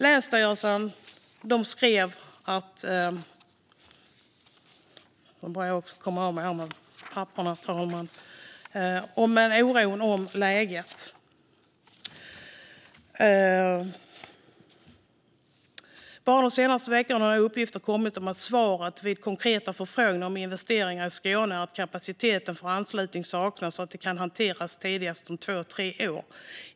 Länsstyrelsen skrev om oron för läget: Bara de senaste veckorna har nya uppgifter kommit om att svaret vid konkreta förfrågningar om investeringar i Skåne är att kapaciteten för anslutning saknas och att det kan hanteras tidigast om två tre år.